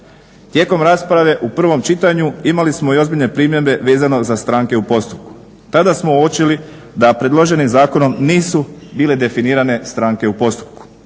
Tijekom rasprave u prvom čitanju imali smo i ozbiljne primjedbe vezano za stranke u postupku. Tada smo uočili da predloženim zakonom nisu bile definirane stranke u postupku.